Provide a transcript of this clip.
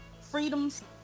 Freedom's